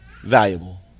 valuable